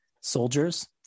soldiers